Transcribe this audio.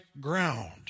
ground